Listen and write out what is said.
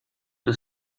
the